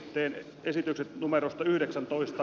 teen esityksen numero yhdeksäntoista